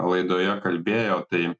laidoje kalbėjo tai